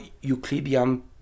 Euclidean